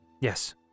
Yes